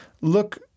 look